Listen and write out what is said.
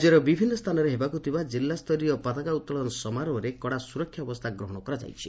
ରାକ୍ୟର ବିଭିନ୍ନ ସ୍ରାନରେ ହେବାକୁ ଥିବା ଜିଲ୍ଲାସ୍ତରୀୟ ପତାକା ଉତ୍ତୋଳନ ସମାରୋହରେ କଡ଼ା ସୁରକ୍ଷା ବ୍ୟବସ୍ଥା ଗ୍ରହଣ କରାଯାଇଛି